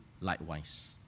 likewise